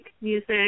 music